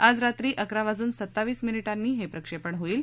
आज रात्री अकरा वाजून सत्तावीस मिनीटांनी हे प्रक्षेपण होईल